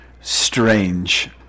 strange